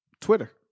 Twitter